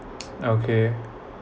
okay